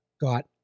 got